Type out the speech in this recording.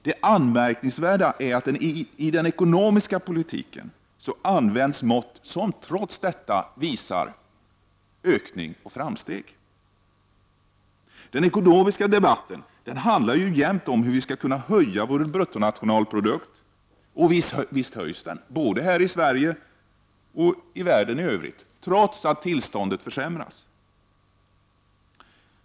Det anmärkningsvärda är att man i den ekonomiska politiken använder mått som trots detta visar ökning och framsteg. Den ekonomiska debatten handlar ju jämt om hur vi skall kunna höja vår bruttonationalprodukt. Och visst höjs den, både i Sverige och i världen i övrigt, trots att tillståndet försämras.